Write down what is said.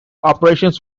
operations